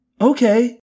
Okay